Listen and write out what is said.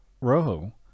Rojo